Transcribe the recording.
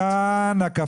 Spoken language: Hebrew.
אז למה את אומרת רק בנייה?